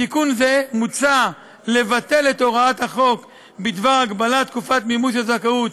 בתיקון זה מוצע לבטל את הוראת החוק בדבר הגבלת תקופת מימוש הזכאות,